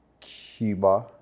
Cuba